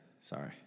sorry